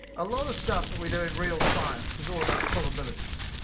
a lot of stuff that we do in real science is all about probabilities.